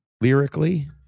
lyrically